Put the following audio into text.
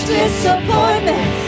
disappointment